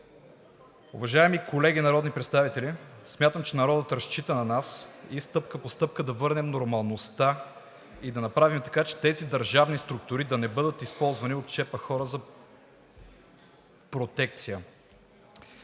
Уважаеми колеги народни представители, смятам, че народът разчита на нас и стъпка по стъпка да върнем нормалността и да направим така, че тези държавни структури да не бъдат използвани от шепа хора за протекция.